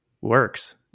works